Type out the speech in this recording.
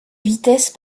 vitesse